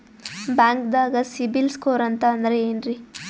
ಬ್ಯಾಂಕ್ದಾಗ CIBIL score ಅಂತ ಅಂದ್ರೆ ಏನ್ರೀ?